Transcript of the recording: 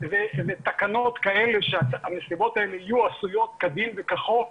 ולתקנות כאלה שהמסיבות האלה יהיו עשויות כדין וכחוק,